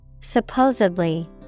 Supposedly